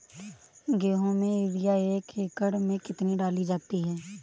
गेहूँ में यूरिया एक एकड़ में कितनी डाली जाती है?